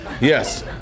Yes